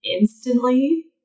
instantly